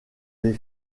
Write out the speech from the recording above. des